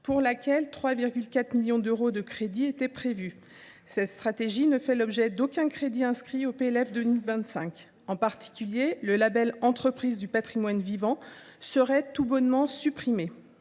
à laquelle 3,4 millions d’euros de crédits étaient consacrés. Cette stratégie ne bénéficie d’aucun crédit dans le PLF pour 2025. En particulier, le label « Entreprises du patrimoine vivant » serait tout bonnement supprimé,